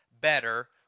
better